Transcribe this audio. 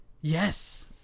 yes